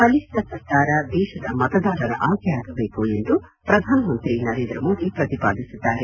ಬಲಿಷ್ಣ ಸರ್ಕಾರ ದೇಶದ ಮತದಾರರ ಆಯ್ಲೆಯಾಗಬೇಕು ಎಂದು ಪ್ರಧಾನಮಂತ್ರಿ ನರೇಂದ್ರ ಮೋದಿ ಪ್ರತಿಪಾದಿಸಿದ್ದಾರೆ